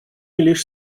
лишь